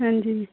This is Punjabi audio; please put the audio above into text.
ਹਾਂਜੀ